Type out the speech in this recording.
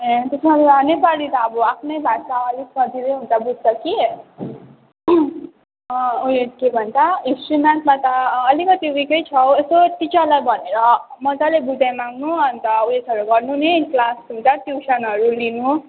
ए अन्त नेपाली त अब आफ्नै भाषा हो अलिक सजिलै हुन्छ बुझ्छ कि उयो के भन्छ हिस्ट्री म्याथमा त अलिकति विकै छ उ यसो टिचरलाई भनेर मज्जाले बुझाइमाग्नु अन्त उयेसहरू गर्नु नि क्लास हुन्छ ट्युसनहरू लिनु